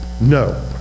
no